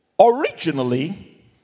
originally